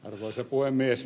arvoisa puhemies